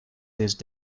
these